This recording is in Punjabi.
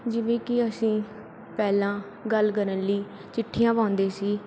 ਜਿਵੇਂ ਕਿ ਅਸੀਂ ਪਹਿਲਾਂ ਗੱਲ ਕਰਨ ਲਈ ਚਿੱਠੀਆਂ ਪਾਉਂਦੇ ਸੀ